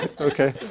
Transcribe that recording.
Okay